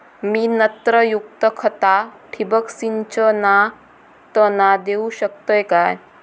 मी नत्रयुक्त खता ठिबक सिंचनातना देऊ शकतय काय?